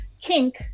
kink